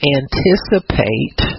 anticipate